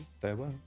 Farewell